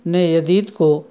نے یزید کو